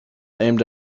aimed